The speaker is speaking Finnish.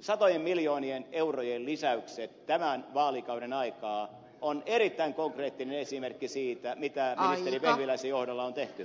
satojen miljoonien eurojen lisäykset tämän vaalikauden aikaan ovat erittäin konkreettinen esimerkki siitä mitä ministeri vehviläisen johdolla on tehty